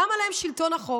למה להם שלטון החוק?